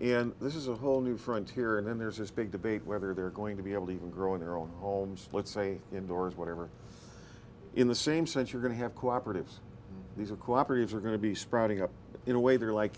and this is a whole new frontier and then there's this big debate whether they're going to be able to even growing their own homes let's say indoors whatever in the same sense you're going to have cooperatives these are cooperative we're going to be sprouting up in a way they're like